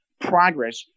progress